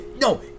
no